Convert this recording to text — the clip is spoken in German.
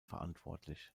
verantwortlich